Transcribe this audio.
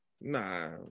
Nah